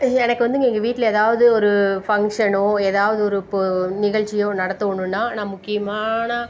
எனக்கு வந்துங்க எங்கள் வீட்டில் ஏதாவது ஒரு ஃபங்ஷனோ ஏதாவது ஒரு இப்போது நிகழ்ச்சியோ நடத்தணுன்னா நான் முக்கியமான